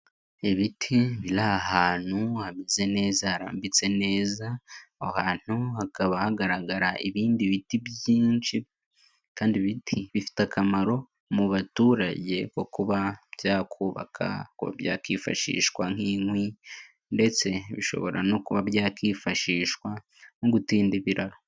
Ibiti biri ahantu hamezeze neza harambitse neza aho ahantu hakaba hagaragara ibindi biti byinshi kandi bifite akamaro mu baturage ko kuba byakubaka, byakifashishwa nk'inkwi ndetse bishobora no kuba byakwifashishwa nko gutinda ibiraro.